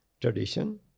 tradition